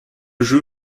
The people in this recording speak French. jeu